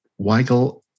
Weigel